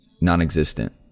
non-existent